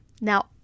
Now